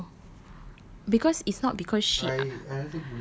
I like it though because it's not because she